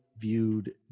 viewed